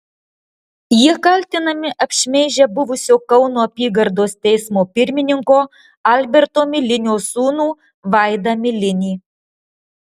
jie kaltinami apšmeižę buvusio kauno apygardos teismo pirmininko alberto milinio sūnų vaidą milinį